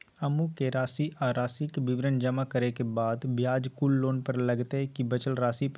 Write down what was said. अमुक राशि आ राशि के विवरण जमा करै के बाद ब्याज कुल लोन पर लगतै की बचल राशि पर?